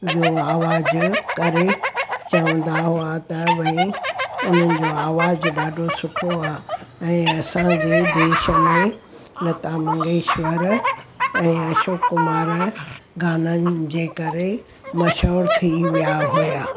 जो आवाज़ु करे चवंदा हुआ त भई उन्हनि जो आवाज़ु ॾाढो सुठो आहे ऐं असांजे देश में लता मंगेशकर ऐं अशोक कुमार गाननि जे करे मशहूरु थी विया हुया